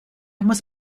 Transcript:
muss